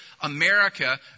America